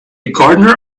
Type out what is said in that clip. gardener